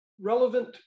relevant